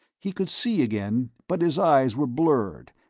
he could see again, but his eyes were blurred,